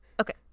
Okay